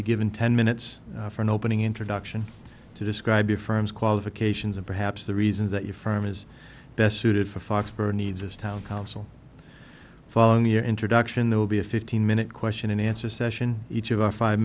be given ten minutes for an opening introduction to describe the firm's qualifications and perhaps the reasons that your firm is best suited for foxborough needs as town council following your introduction there will be a fifteen minute question and answer session each of our five